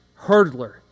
hurdler